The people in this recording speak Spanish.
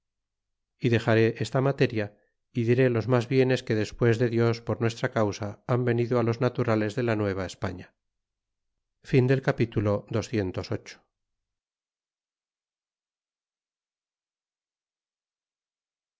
y dexaré esta materia y diré los mas bienes que despues de dios por nuestra causa han venido los naturales de la nuevaespaña capitulo ccix